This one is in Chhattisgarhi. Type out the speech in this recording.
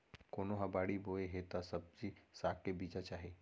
कोनो ह बाड़ी बोए हे त सब्जी साग के बीजा चाही